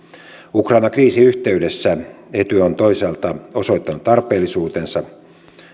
ukrainan kriisin yhteydessä etyj on toisaalta osoittanut tarpeellisuutensa